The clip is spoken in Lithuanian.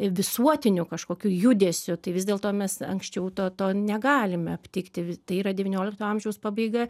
visuotiniu kažkokiu judesiu tai vis dėlto mes anksčiau to to negalime aptikti vis tai yra devyniolikto amžiaus pabaiga